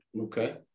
Okay